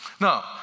Now